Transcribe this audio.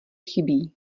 chybí